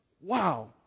wow